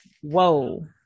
Whoa